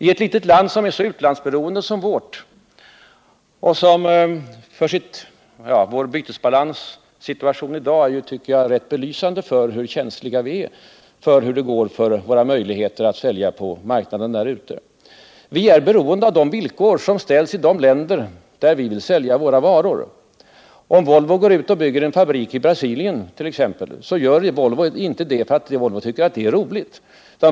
I ett land som är så utlandsberoende som vårt — vår bytesbalanssituation i dag är rätt belysande för hur känsliga vi är för våra möjligheter att sälja på andra marknader —är vi beroende av de villkor som ställs i de länder där vi vill sälja våra varor. Om Volvo bygger en fabrik i Brasilien t.ex. gör Volvo inte det för att Volvo tycker att det är roligt.